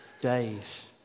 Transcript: days